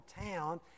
town